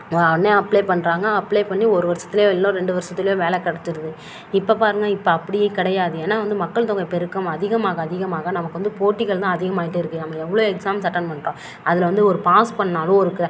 apply பண்ணுறாங்க apply பண்ணி ஒரு வருஷத்துலயோ இல்லை ரெண்டு வருஷத்துலயோ வேலை கிடச்சிருது இப்போ பாருங்கள் இப்போ அப்படியே கிடையாது ஏன்னால் வந்து மக்கள்தொகை பெருக்கம் அதிகமாக அதிகமாக நமக்கு வந்து போட்டிகள் தான் அதிகமாயிட்டுயிருக்கு நம்ம எவ்வளோ எக்ஸாம்ஸ் அட்டென்ட் பண்ணுறோம் அதில் வந்து ஒரு பாஸ் பண்ணாலோ ஒரு